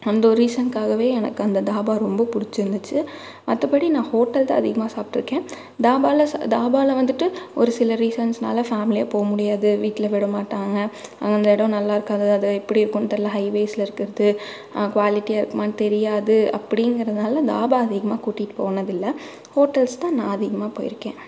அந்த ஒரு ரீசன்க்காகவே எனக்கு அந்த தாபா ரொம்ப பிடுச்சிருந்துச்சு மற்றபடி நான் ஹோட்டல்ஸ் அதிகமாக சாப்பிட்ருக்கேன் தாபாவில தாபாவில வந்துட்டு ஒரு சில ரீசென்ஸ்னால் ஃபேம்லியாக போகமுடியாது வீட்டில் விடமாட்டாங்க அங்கே அந்த இடோம் நல்லாயிருக்காது அது எப்படிருக்குனு தெர்லை அது ஹைவேஸ்ல இருக்கிர்றது குவாலிட்டியாக இருக்குமான்னு தெரியாது அப்படிங்குறதுனால தாபா அதிகமாக கூட்டிகிட்டு போனது இல்லை ஹோட்டல்ஸ் தான் நான் அதிகமாக போயிருக்கேன்